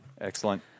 Excellent